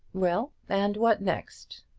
well and what next?